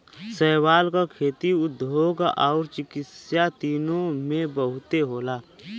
शैवाल क खेती, उद्योग आउर चिकित्सा तीनों में बहुते होला